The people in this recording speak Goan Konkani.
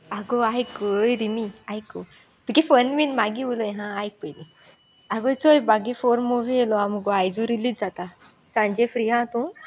आगो आयकय गो ओ रिमी आयकू तुगे फोन बीन मागीर उलय हां आयक पयलीं आगो चोय बगी फोर मुवी येयलो आ मुगो आयजू रिलीज जाता सांजे फ्री आहा तूं